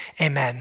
amen